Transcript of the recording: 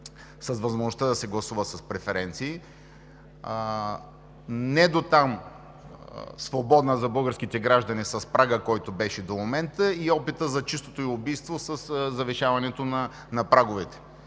с възможността да се гласува с преференции, недотам свободна за българските граждани с прага, който беше до момента, и опита за чистото ѝ убийство със завишаването на праговете.